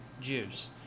Jews